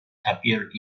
appear